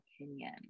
opinion